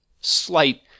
slight